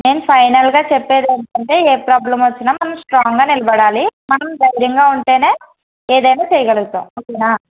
నేను ఫైనల్గా చెప్పేదెంటంటే ఏ ప్రాబ్లమ్ వచ్చినా మనం స్ట్రాంగ్గా నిలబడాలి మనం ధైర్యంగా ఉంటేనే ఏదైనా చేయగలుగుతాం ఓకేనా